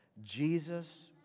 Jesus